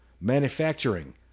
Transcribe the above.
manufacturing